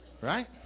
Right